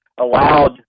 allowed